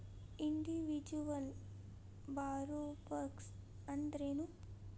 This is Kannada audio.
ಇಂಡಿವಿಜುವಲ್ ಬಾರೊವರ್ಸ್ ಅಂದ್ರೇನು?